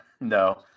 No